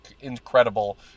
incredible